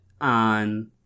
on